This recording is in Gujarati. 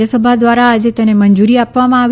રાજ્યસભા દ્વારા આજે તેને મંજૂરી આપવામાં આવી